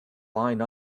line